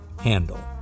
handle